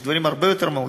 יש דברים הרבה יותר מהותיים.